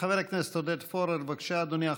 חבר הכנסת עודד פורר, בבקשה, אדוני.